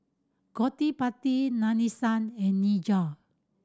Gottipati Nadesan and